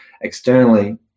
externally